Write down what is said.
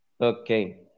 Okay